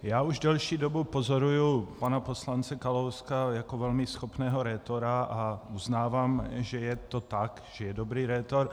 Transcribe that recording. Já už delší dobu pozoruji pana poslance Kalouska jako velmi schopného rétora a uznávám, že je to tak, že je dobrý rétor.